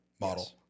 model